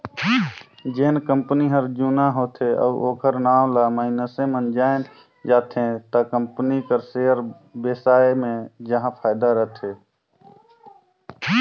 जेन कंपनी हर जुना होथे अउ ओखर नांव ल मइनसे मन जाएन जाथे त कंपनी कर सेयर बेसाए मे जाहा फायदा रथे